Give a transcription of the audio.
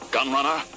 Gunrunner